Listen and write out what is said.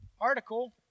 article